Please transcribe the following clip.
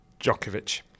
Djokovic